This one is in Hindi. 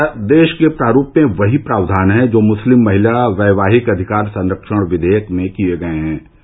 इस अध्यादेश के प्रारूप में वही प्रावधान हैं जो मुस्लिम महिला वैवाहिक अधिकार संरक्षण विधेयक में किये गये हैं